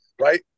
right